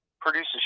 produces